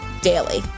daily